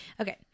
Okay